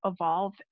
evolve